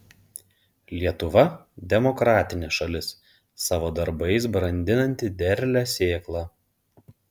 lietuva demokratinė šalis savo darbais brandinanti derlią sėklą